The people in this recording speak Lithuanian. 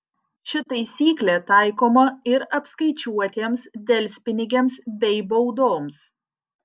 ši taisyklė taikoma ir apskaičiuotiems delspinigiams bei baudoms